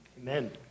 Amen